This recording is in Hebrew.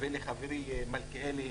ולחברי מלכיאלי,